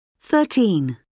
thirteen